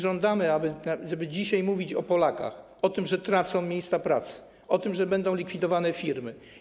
Żądamy, żeby dzisiaj mówić o Polakach, o tym, że tracą miejsca pracy, o tym, że będą likwidowane firmy.